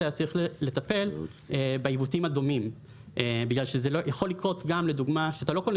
אז צריך לטפל בעיוותים הדומים בגלל שזה יכול לקרות גם כשאתה קונה